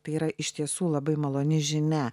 tai yra iš tiesų labai maloni žinia